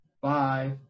Bye